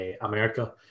America